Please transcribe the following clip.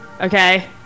Okay